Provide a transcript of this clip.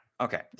Okay